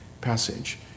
passage